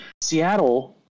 Seattle